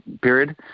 period